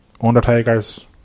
undertakers